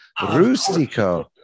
Rustico